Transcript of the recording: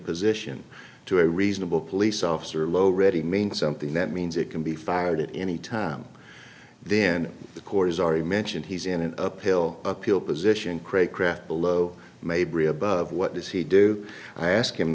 position to a reasonable police officer low ready means something that means it can be fired at any time then the court is already mentioned he's in an uphill appeal position craig craft below maybe above what does he do i asked him